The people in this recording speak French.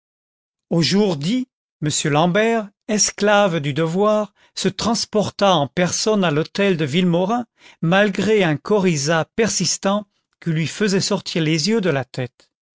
dit m l'ambert esclave du devoir se transporta en personne à l'hôtel de villemau content from google book search generated at gré un coryza persistant qui lui faisait sortir les yeux de la tête